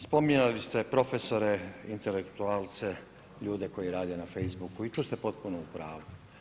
Spominjali ste profesore, intelektualce ljude koji rade na Facebooku i tu ste potpuno u pravu.